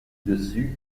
dessus